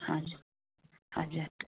हजुर हजुर